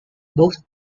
both